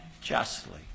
justly